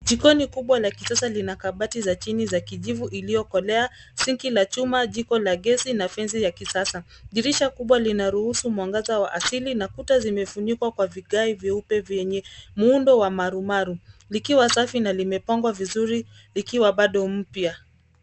Jikoni kubwa la kisasa lina kabati za chini za kijivu iliyokolea, sinki la chuma jiko la gesi na fensi ya kisasa. Dirisha kubwa linaruhusu mwangaza wa asili na kuta zimefunikwa kwa vigai vyeupe vyenye muundo wa marumaru likiwa safi na limepangwa vizuri likiwa bado mpya.